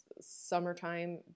summertime